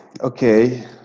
Okay